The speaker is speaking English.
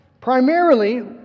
Primarily